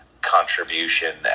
contribution